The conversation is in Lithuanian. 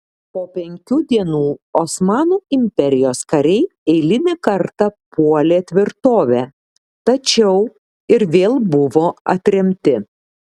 po penkių dienų osmanų imperijos kariai eilinį kartą puolė tvirtovę tačiau ir vėl buvo atremti